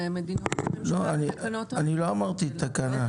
זה מדיניות הממשלה --- לא אמרתי תקנה,